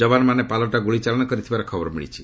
ଯବାନମାନେ ପାଲଟା ଗ୍ରୁଳି ଚାଳନା କରିଥିବାର ଖବର ମିଳିଛି